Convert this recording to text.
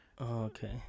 okay